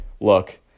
look